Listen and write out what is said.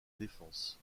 défense